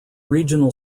regional